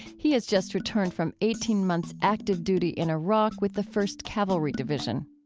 he has just returned from eighteen months active duty in iraq with the first cavalry division